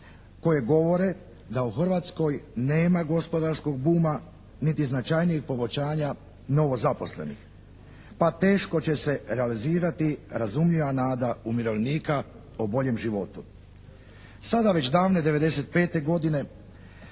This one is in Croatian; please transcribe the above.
koji govore da u Hrvatskoj nema gospodarskog buma niti značajnijeg povećanja novo zaposlenih, pa teško će se realizirati razumljiva nada umirovljenika o boljem životu. Sada već davne '95. godine,